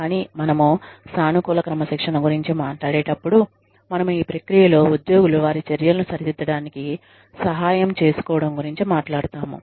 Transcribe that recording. కానీ మనము సానుకూల క్రమశిక్షణ గురించి మాట్లాడేటప్పుడు మనము ఈ ప్రక్రియలో ఉద్యోగులు వారి చర్యలను సరిదిద్దడానికి సహాయం చేసుకోవడం గురుంచి మాట్లాడుతాము